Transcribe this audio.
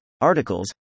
Articles